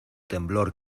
temblor